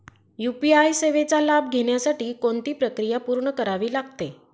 UPI सेवेचा लाभ घेण्यासाठी कोणती प्रक्रिया पूर्ण करावी लागते?